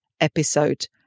episode